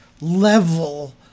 level